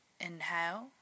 inhale